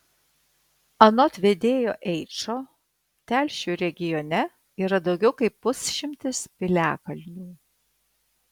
anot vedėjo eičo telšių regione yra daugiau kaip pusšimtis piliakalnių